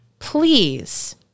Please